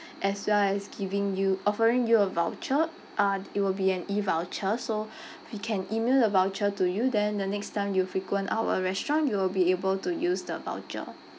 as well as giving you offering you a voucher uh it will be an e voucher so we can email the voucher to you then the next time you frequent our restaurant you will be able to use the voucher